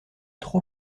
trop